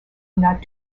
not